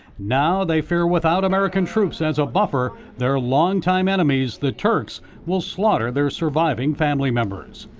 now they fear without american troops as a buffer, their long time enemies, the turks will slaughter their surviving family members.